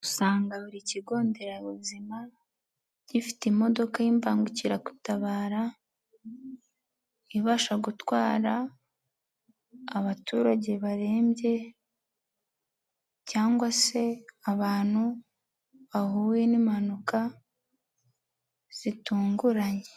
Usanga buri kigo nderabuzima, gifite imodoka y'imbangukiragutabara, ibasha gutwara abaturage barembye cyangwa se abantu bahuye n'impanuka zitunguranye.